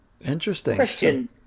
Interesting